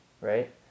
Right